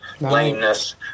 lameness